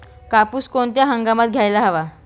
कापूस कोणत्या हंगामात घ्यायला हवा?